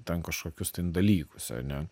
ten kažkokius tai dalykus ar ne